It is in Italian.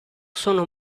sono